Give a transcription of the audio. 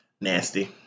Nasty